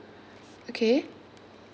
okay